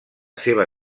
seva